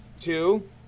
Two